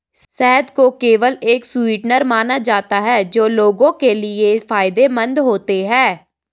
शहद को केवल एक स्वीटनर माना जाता था जो लोगों के लिए फायदेमंद होते हैं